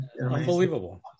unbelievable